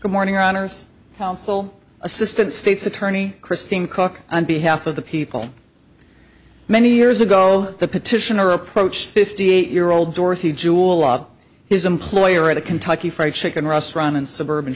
good morning honors counsel assistant state's attorney christine cook on behalf of the people many years ago the petitioner approached fifty eight year old dorothy jewel of his employer at a kentucky fried chicken restaurant in suburban